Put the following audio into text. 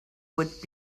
would